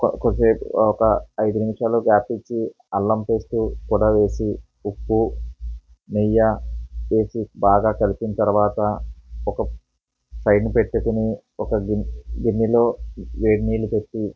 కొద్దిసేపు ఒక ఐదు నిమిషాలు గ్యాప్ ఇచ్చి అల్లం పేస్టు కూడా వేసి ఉప్పు నెయ్యి వేసి బాగా కలిపిన తరువాత ఒక సైడుని పెట్టుకొని ఒక గిన్నె గిన్నెలో వేడి నీళ్ళు పెట్టి